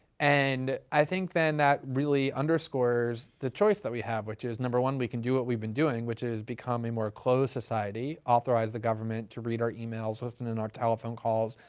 and i think then that really underscores the choice that we have, which is number one, we can do what we've been doing, which is become a more closed society, authorize the government to read our emails, listen in our telephone calls